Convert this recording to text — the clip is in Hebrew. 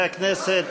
(תיקון, דואר זבל),